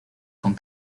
con